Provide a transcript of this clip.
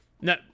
No